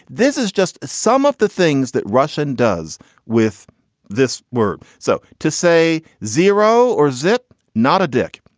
this is just some of the things that russian does with this word. so to say zero or zip. not a dick.